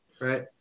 right